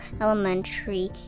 Elementary